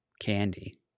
candy